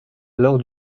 alors